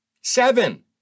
Seven